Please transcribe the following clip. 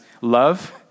love